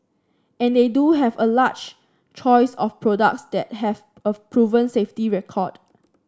and they do have a large choice of products that have a proven safety record